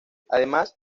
además